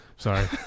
sorry